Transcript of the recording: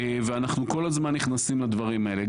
אנחנו כל הזמן נכנסים לדברים האלה.